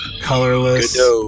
colorless